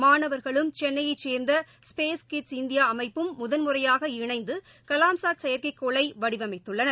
மாணவர்களும் சென்னையை சேர்ந்த ஸ்பேஸ் கிட்ஸ் இந்தியா அமைப்பும் முதல் முறையாக இணைந்து கலாம்சாட் செயற்கைகோளை வடிவமைக்கப்பட்டுள்ளன